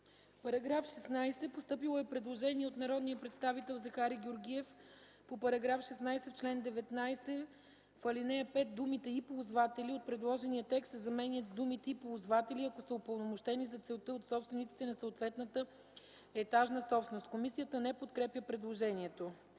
По § 16 е постъпило предложение от народния представител Захари Георгиев – в чл. 19, ал. 5 думите „и ползватели” от предложения текст се заменят с думите „и ползватели, ако са упълномощени за целта от собствениците на съответната етажна собственост”. Комисията не подкрепя предложението.